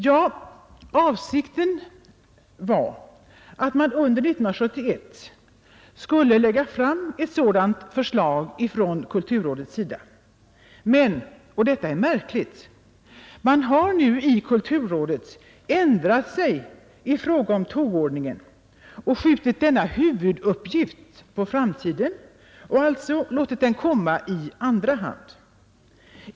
Ja, avsikten var att man under 1971 skulle lägga fram ett sådant förslag från kulturrådets sida men — och detta är märkligt — man har nu i kulturrådet ändrat sig i fråga om tågordningen och skjutit denna huvuduppgift på framtiden och alltså låtit den komma i andra hand.